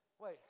Wait